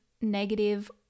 negative